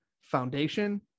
foundation